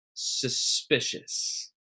Suspicious